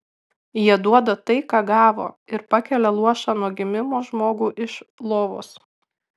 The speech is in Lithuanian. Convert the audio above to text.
jie duoda tai ką gavo ir pakelia luošą nuo gimimo žmogų iš lovos